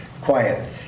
Quiet